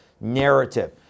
narrative